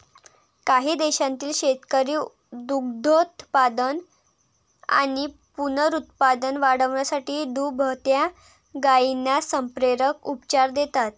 काही देशांतील शेतकरी दुग्धोत्पादन आणि पुनरुत्पादन वाढवण्यासाठी दुभत्या गायींना संप्रेरक उपचार देतात